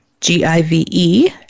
G-I-V-E